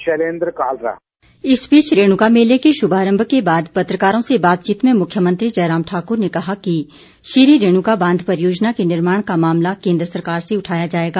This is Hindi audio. जयराम इस बीच रेणुका मेले के शुभारम्भ के बाद पत्रकारों से बातचीत में मुख्यमंत्री जयराम ठाकुर ने कहा कि श्री रेणुका बांध परियोजना के निर्माण का मामला केन्द्र सरकार से उठाया जाएगा